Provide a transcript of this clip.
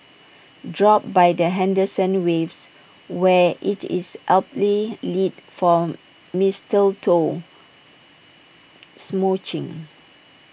drop by the Henderson waves where IT is aptly lit for mistletoe smooching